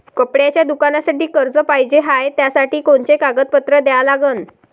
कपड्याच्या दुकानासाठी कर्ज पाहिजे हाय, त्यासाठी कोनचे कागदपत्र द्या लागन?